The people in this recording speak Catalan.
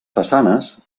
façanes